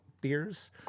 beers